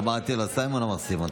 אמרתי לו "סיימון", הוא אמר "סימון".